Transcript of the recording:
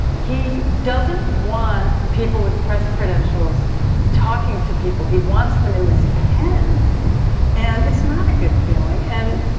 he doesn't want people with press credentials talking to people. he wants them in this pen and it's not a good feeling and,